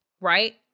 right